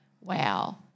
wow